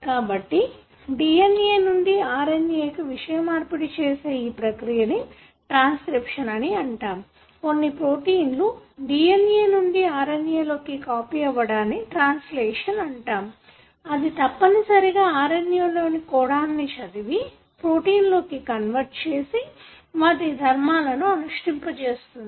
కాబట్టి DNA నుండి RNA కు విషయమార్పిడి చేసే ఈ ప్రక్రియను ట్రాన్స్క్రిప్షన్ అని అంటాము కొన్ని ప్రోటీన్ లు DNA నుండి RNA లోకి కాపీ అవ్వడాన్ని ట్రాన్సిలేషన్ అంటాము అది తప్పనిసరిగా RNA లోని కొడాన్ ను చదివి ప్రోటీన్ లోకి కన్వెర్ట్ చేసి వాటి ధర్మాలను అనుష్టింపజేస్తుంది